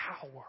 power